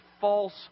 false